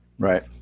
right